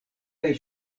kaj